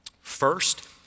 First